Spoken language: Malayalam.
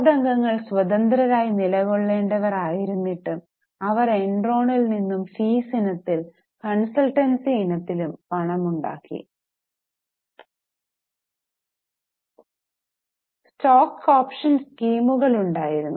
ബോർഡ് അംഗങ്ങൾ സ്വന്തന്ത്രർ ആയി നിലകൊള്ളേണ്ടവർ ആയിരുന്നിട്ടും അവർ എൻറോണിൽ നിന്നും ഫീസ് ഇനത്തിലും കോൺസൽറ്റൻസി ഇനത്തിലും പണം ഉണ്ടാക്കി സ്റ്റോക്ക് ഓപ്ഷൻ സ്കീമുകൾ ഉണ്ടായിരുന്നു